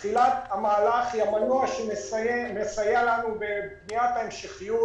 בתחילת המהלך היא המנוע שמסייע לנו בבניית ההמשכיות